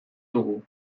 dugu